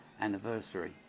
anniversary